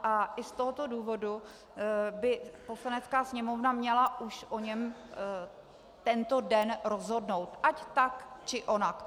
A i z tohoto důvodu by Poslanecká sněmovna už měla o něm tento den rozhodnout ať tak, či onak.